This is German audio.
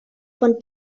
von